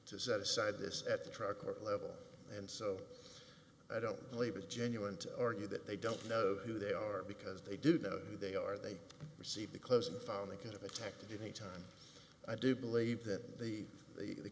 to set aside this at the truck or level and so i don't believe it's genuine to argue that they don't know who they are because they didn't know who they are they received the clothes and found the kind of attack to do any time i do believe that the the the